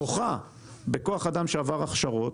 זוכה בכוח אדם שעבר הכשרות,